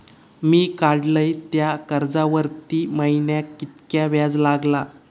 मी काडलय त्या कर्जावरती महिन्याक कीतक्या व्याज लागला?